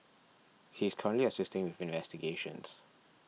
he is currently assisting with investigations